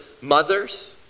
mothers